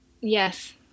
Yes